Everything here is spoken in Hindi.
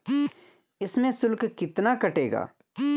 इसमें शुल्क कितना कटेगा?